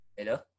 Hello